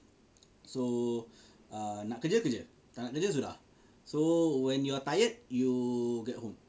so err nak kerja kerja tak nak kerja sudah so when you're tired you get home